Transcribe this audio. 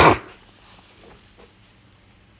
business law might be the best